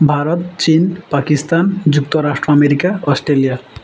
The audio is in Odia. ଭାରତ ଚୀନ ପାକିସ୍ତାନ ଯୁକ୍ତରାଷ୍ଟ୍ର ଆମେରିକା ଅଷ୍ଟ୍ରେଲିଆ